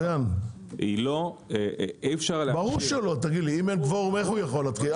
אם אין קוורום, איך יכול להתחיל?